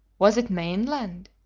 was it mainland?